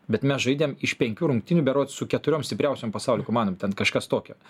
bet mes žaidėm iš penkių rungtynių berods su keturiom stipriausiom pasaulio komandom ten kažkas tokio